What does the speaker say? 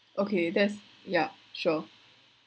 okay that's yeah sure